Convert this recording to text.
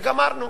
וגמרנו.